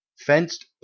fenced